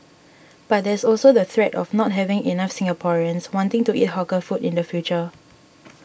but there's also the threat of not having enough Singaporeans wanting to eat hawker food in the future